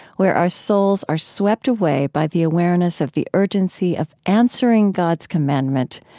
where our souls are swept away by the awareness of the urgency of answering god's commandment,